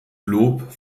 lob